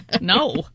No